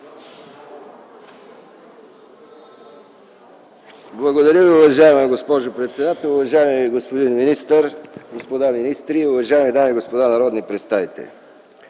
Благодаря Ви, уважаема госпожо председател. Уважаеми господин министър, господа министри, уважаеми дами и господа народни представители!